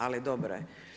Ali dobro je.